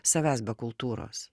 savęs be kultūros